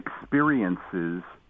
experiences